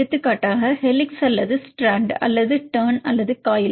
எடுத்துக்காட்டாக ஹெலிக்ஸ் அல்லது ஸ்ட்ராண்ட் அல்லது டர்ன் அல்லது காயில்